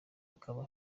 akaba